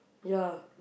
ya